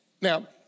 Now